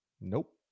Nope